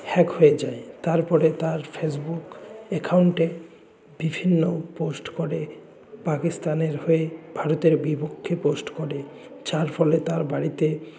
hack হয়ে যায় তারপরে তার ফেসবুক একাউন্টে বিভিন্ন পোস্ট করে পাকিস্তানের হয়ে ভারতের বিপক্ষে পোস্ট করে যার ফলে তার বাড়িতে